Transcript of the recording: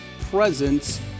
presence